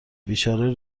بیچاره